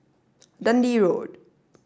Dundee Road